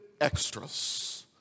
extras